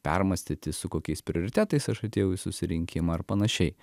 permąstyti su kokiais prioritetais aš atėjau į susirinkimą ar panašiai